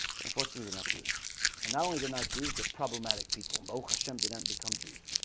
but unfortunately, they're not jews and not only they're not jews. they're problematic people and oh hashem didn't become jews